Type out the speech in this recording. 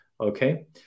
okay